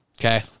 Okay